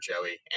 Joey